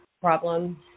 problems